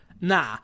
Nah